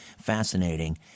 fascinating